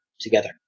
together